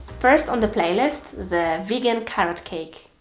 first on the playlist the vegan carrot cake.